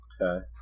Okay